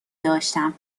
داشتم